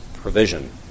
provision